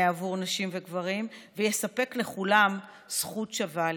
עבור נשים וגברים ויספק לכולם זכות שווה לבריאות.